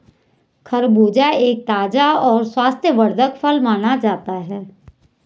खरबूजा एक ताज़ा और स्वास्थ्यवर्धक फल माना जाता है